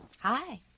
Hi